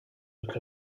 look